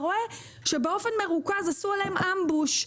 רואה שבאופן מרוכז עשו עליהם אמבוש.